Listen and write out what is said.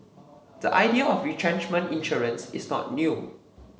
the idea of retrenchment insurance is not new